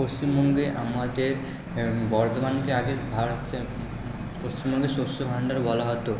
পশ্চিমবঙ্গে আমাদের বর্ধমানকে আগে ভারতের পশ্চিমবঙ্গের শস্যভাণ্ডার বলা হতো